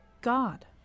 God